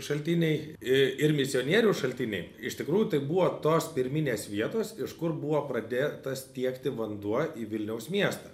šaltiniai i ir misionierių šaltiniai iš tikrųjų tai buvo tos pirminės vietos iš kur buvo pradėtas tiekti vanduo į vilniaus miestą